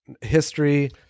history